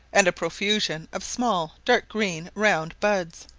and a profusion of small dark green round buds,